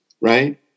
right